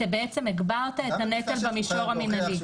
אתה בעצם הגברת את הנטל במישור המינהלי.